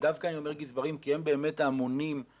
ודווקא אני אומר גזברים כי הם באמת אמונים על